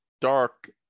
dark